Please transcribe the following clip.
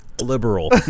Liberal